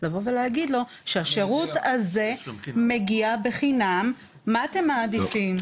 לומר למשפחה שהשירות הזה מגיע בחינם ולשאול מה מעדיפים,